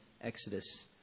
Exodus